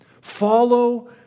Follow